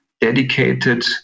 dedicated